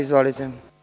Izvolite.